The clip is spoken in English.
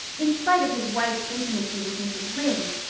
in spite of his wife's intimacy with mrs. lynde,